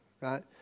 right